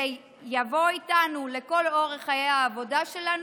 זה יבוא איתנו לכל אורך חיי העבודה שלנו.